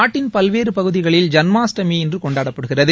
நாட்டின் பல்வேறு பகுதிகளில் ஜன்மாஷ்டமி இன்று கொண்டாடப்படுகிறது